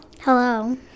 Hello